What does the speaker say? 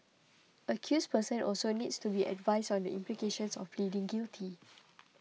accused persons also needs to be advised on the implications of pleading guilty